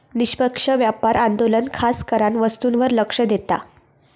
निष्पक्ष व्यापार आंदोलन खासकरान वस्तूंवर लक्ष देता